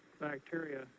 bacteria